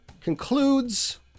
concludes